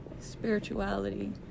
spirituality